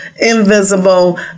invisible